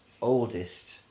oldest